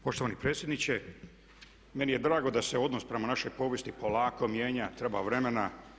Poštovani predsjedniče meni je drago da se odnos prema našoj povijesti polako mijenja, treba vremena.